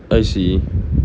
I see